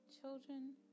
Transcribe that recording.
children